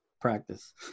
practice